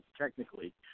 technically